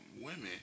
women